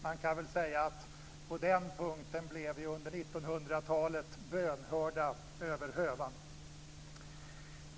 Man kan väl säga att på den punkten blev vi under 1900-talet bönhörda över hövan!